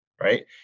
right